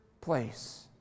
place